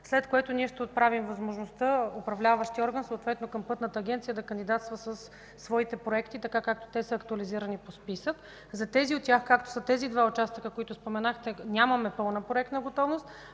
след което ние ще отправим възможността управляващият орган – Пътната агенция, да кандидатства със своите проекти така, както са актуализирани по списък. За тези от тях, както са тези два участъка, които споменахте, нямаме пълна проектна готовност